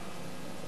אז כמה יצא לנפש?